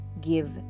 give